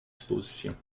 suppositions